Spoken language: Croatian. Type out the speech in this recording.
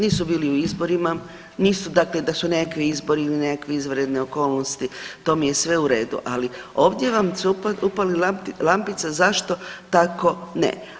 Nisu bili u izborima, nisu dakle da su nekakvi izbori ili nekakve izvanredne okolnosti, to mi je sve u redu, ali ovdje vam se upali lampica zašto tako ne.